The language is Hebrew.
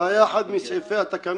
מגדל עופות.